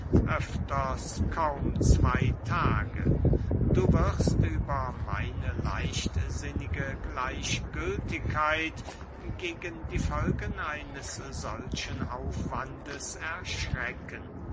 öfters kaum zwey tage du wirst über meine leichtsinnige gleichgültigkeit gegen die folgen eines solchen aufwandes erschrecken